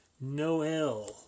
Noel